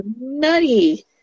nutty